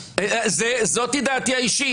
זאת דעתי האישית.